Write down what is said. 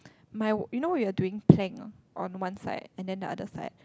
my you know when you are doing plank on on one side and then on the other side